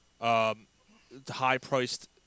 high-priced